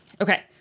Okay